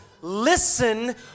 listen